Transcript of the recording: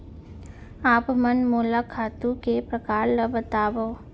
आप मन मोला खातू के प्रकार ल बतावव?